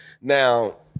Now